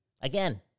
again